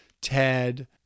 Ted